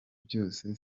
byose